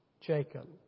Jacob